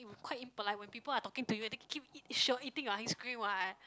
!ee! quite impolite when people are talking to you and then keep eat sure eating your ice cream what